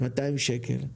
200 שקל.